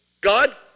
God